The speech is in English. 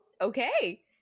Okay